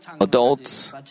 adults